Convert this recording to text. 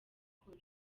gukora